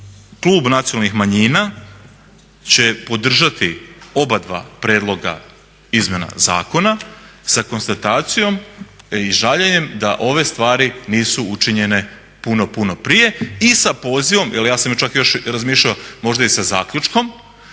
klub nacionalnih manjina će podržati oba prijedloga izmjena zakona sa konstatacijom i žaljenjem da ove stvari nisu učinjene puno, puno prije i sa pozivom, jer ja sam čak još i razmišljao možda i sa zaključkom